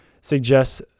suggests